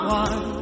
one